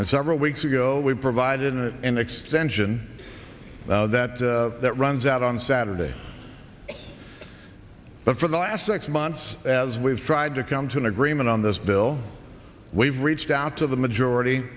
and several weeks ago we provided it an extension now that that runs out on saturday for the last six months as we've tried to come to an agreement on this bill we've reached out to the majority